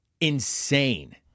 insane